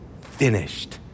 finished